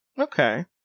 okay